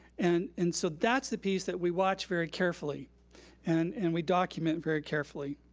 and and so that's the piece that we watch very carefully and and we document very carefully.